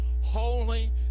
holy